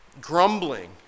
grumbling